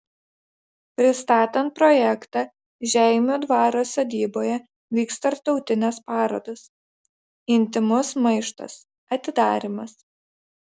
pristatant projektą žeimių dvaro sodyboje vyks tarptautinės parodos intymus maištas atidarymas